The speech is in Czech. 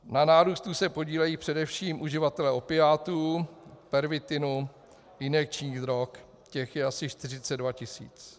Na nárůstu se podílejí především uživatelé opiátů, pervitinu, injekčních drog, těch je asi 42 tisíc.